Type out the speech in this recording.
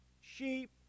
sheep